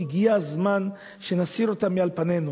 הגיע הזמן שנסיר אותה מעל פנינו,